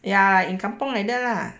ya in kampung like that lah